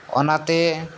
ᱚᱱᱟᱛᱮ